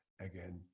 again